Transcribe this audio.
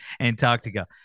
Antarctica